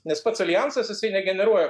nes pats aljansas jisai negeneruoja